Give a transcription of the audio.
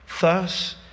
Thus